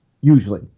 usually